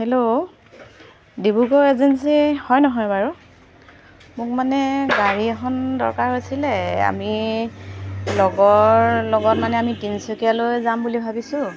hello Dibrugarh agency হয় নহয় বাৰু মোক মানে গাড়ী এখন দৰকাৰ হৈছিলে আমি লগৰ লগত মানে আমি তিনিচুকীয়ালৈ যাম বুলি ভাবিছোঁ